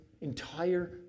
entire